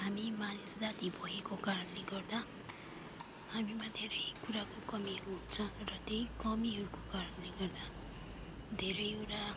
हामी मानिस जाति भएको कारणले गर्दा हामीमा धेरै कुराको कमीहरू हुन्छ र त्यही कमीहरूको कारणले गर्दा धेरैवटा